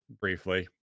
briefly